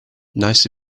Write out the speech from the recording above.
nice